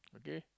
okay